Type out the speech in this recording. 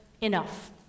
enough